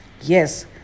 Yes